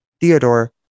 Theodore